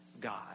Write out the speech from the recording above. God